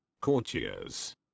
courtiers